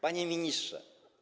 Panie Ministrze!